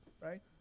right